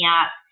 up